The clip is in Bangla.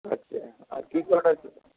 আচ্ছা আর কী কী অর্ডার ছিল